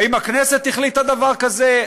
האם הכנסת החליטה דבר כזה?